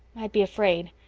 i'd be afraid.